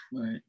Right